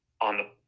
on